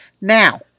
Now